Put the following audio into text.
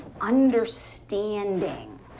understanding